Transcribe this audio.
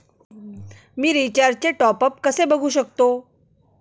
मी रिचार्जचे टॉपअप कसे बघू शकतो?